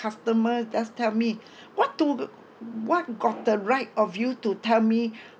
customer just tell me what to g~ what got the right of you to tell me